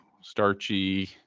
starchy